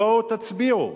בואו תצביעו.